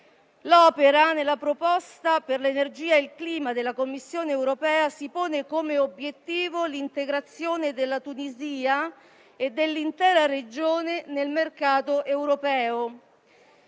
L'opera, nella proposta per l'energia e il clima della Commissione europea, si pone come obiettivo l'integrazione della Tunisia e dell'intera regione nel mercato europeo.